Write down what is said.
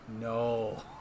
No